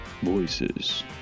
Voices